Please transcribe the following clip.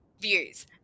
views